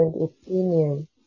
opinion